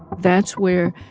that's where,